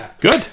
good